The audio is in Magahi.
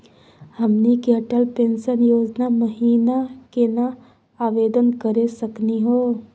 हमनी के अटल पेंसन योजना महिना केना आवेदन करे सकनी हो?